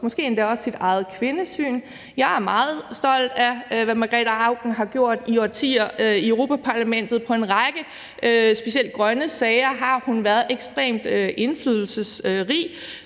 måske endda også sit eget kvindesyn. Jeg er meget stolt af, hvad Margrete Auken har gjort i årtier i Europa-Parlamentet. Specielt i forbindelse med en række sager på det grønne område har hun været ekstremt indflydelsesrig.